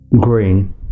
Green